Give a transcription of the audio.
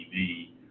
TV